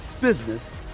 business